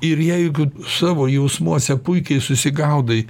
ir jeigu savo jausmuose puikiai susigaudai